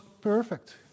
perfect